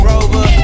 Rover